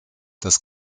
das